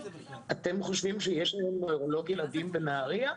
אתם חשובים שיש לנו נוירולוג ילדים בנהריה?